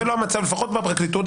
זהו לא המצב; לפחות בפרקליטות.